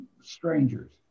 strangers